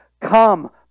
come